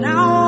Now